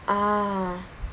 ah